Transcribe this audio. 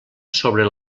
sobre